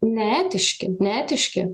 neetiški neetiški